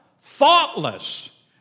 thoughtless